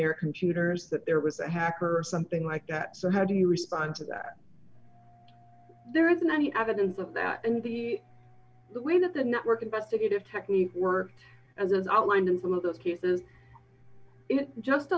their computers that there was a hacker or something like that so how do you respond to that there isn't any evidence of that and the way that the network investigative techniques were as is outlined in some of the cases it just